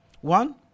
One